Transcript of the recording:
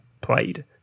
played